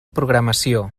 programació